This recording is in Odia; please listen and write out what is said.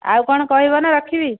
ଆଉ କ'ଣ କହିବ ନା ରଖିବି